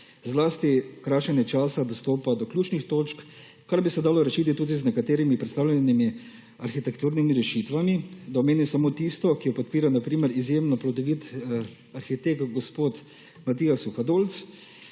zlasti krajšanje časa dostopa do ključnih točk, kar bi se dalo rešiti tudi z nekaterimi predstavljenimi arhitekturnimi rešitvami, da omenim samo tisto, ki jo podpira na primer izjemno plodovit arhitekt gospod Matija Suhadolc